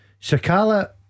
Sakala